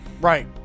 Right